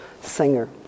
singer